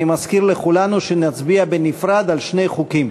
אני מזכיר לכולנו שנצביע בנפרד על שני חוקים,